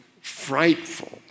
frightful